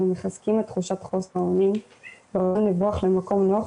מחזקים את תחושת חוסר האונים וגורמים לו לברוח למקום נוח,